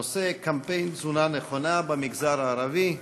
הנושא: קמפיין תזונה נכונה במגזר הערבי.